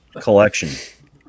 collection